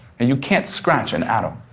and you can't scratch an atom.